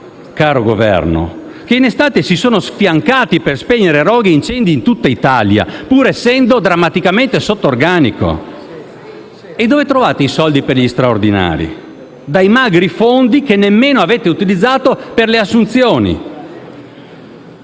del Governo, che in estate si sono sfiancati per spegnere roghi e incendi in tutta Italia, pur essendo drammaticamente sotto organico. E dove trovate i soldi per gli straordinari? Dai magri fondi - che nemmeno avete utilizzato - per le assunzioni.